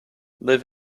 live